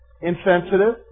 Insensitive